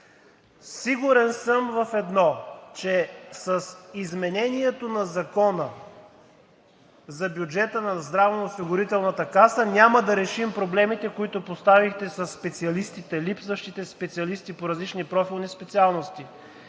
Сигурен съм в едно, че с изменението на Закона за бюджета на Националната здравноосигурителна каса няма да решим проблемите, които поставихте със специалистите, липсващите специалисти по различни профилни специалности.